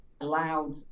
allowed